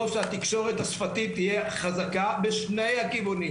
טוב שהתקשורת השפתית תהיה חזקה בשני הכיוונים.